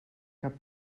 cap